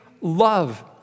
love